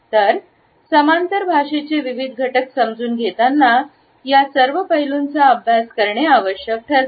तर समांतर भाषेचे विविध घटक समजून घेताना या सर्व पैलूंचा अभ्यास करणे आवश्यक ठरते